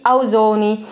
Ausoni